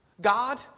God